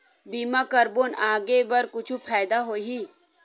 बीमा करबो आगे बर कुछु फ़ायदा होही?